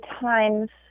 times